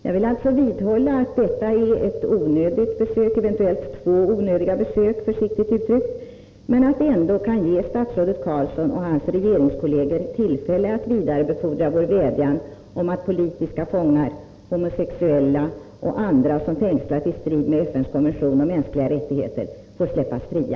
Jag vill alltså vidhålla att detta är ett onödigt besök — eventuellt två onödiga besök, försiktigt uttryckt — men det kan ändå ge statsrådet Carlsson och hans regeringskolleger tillfälle att vidarebefordra vår vädjan om att politiska fångar, homosexuella och andra som fängslats i strid med FN:s konvention om mänskliga rättigheter får släppas fria.